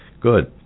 Good